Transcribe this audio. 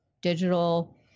digital